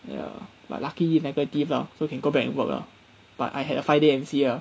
ya but lucky negative lah so can go back and work lah but I had a five day M_C lah